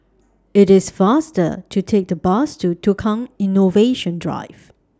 IT IS faster to Take The Bus to Tukang Innovation Drive